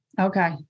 okay